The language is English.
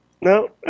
No